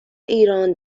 ایران